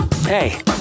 Hey